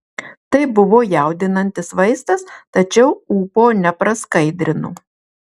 tai buvo jaudinantis vaizdas tačiau ūpo nepraskaidrino